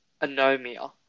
anomia